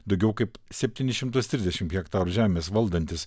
daugiau kaip septynis šimtus trisdešimt hektarų žemės valdantis